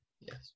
Yes